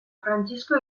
frantzisko